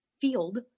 field